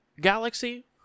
galaxy